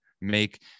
Make